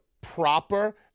proper